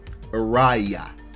Araya